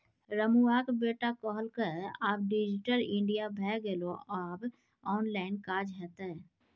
रमुआक बेटा कहलकै आब डिजिटल इंडिया भए गेलै आब ऑनलाइन काज हेतै